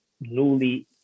newly